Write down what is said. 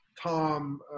Tom